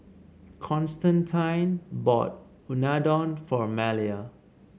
Constantine bought Unadon for Malia